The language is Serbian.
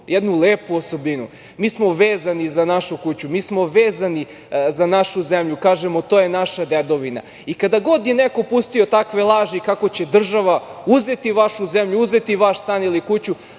jednu lepu osobinu, mi smo vezani za našu kuću, mi smo vezani za našu zemlju. Kažemo - to je naša dedovina. I kada god je neko pustio takve laži kako će država uzeti vašu zemlju, uzeti vaš stan ili kuću,